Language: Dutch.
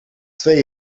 twee